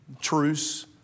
Truce